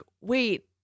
wait